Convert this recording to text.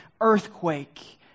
earthquake